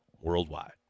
worldwide